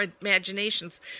imaginations